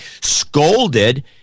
scolded